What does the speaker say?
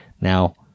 Now